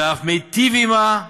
אלא אף מיטיבות עמה,